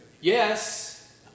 Yes